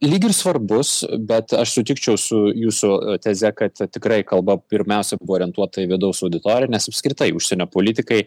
lyg ir svarbus bet aš sutikčiau su jūsų teze kad tikrai kalba pirmiausia buvo orientuota į vidaus auditoriją nes apskritai užsienio politikai